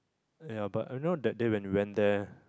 ya but I know that day when we went there